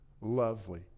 lovely